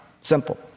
Simple